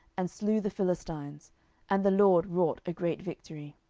and slew the philistines and the lord wrought a great victory.